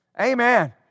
Amen